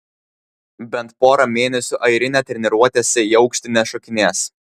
bent pora mėnesių airinė treniruotėse į aukštį nešokinės